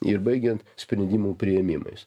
ir baigiant sprendimų priėmimais